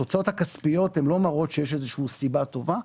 התוצאות הכספיות לא מראות שיש איזושהי סיבה טובה.